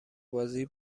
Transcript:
بازی